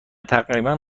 تقریبا